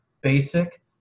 basic